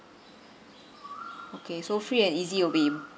okay so free and easy will be